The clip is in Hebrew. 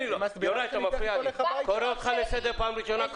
קורא אותך לסדר פעם ראשונה.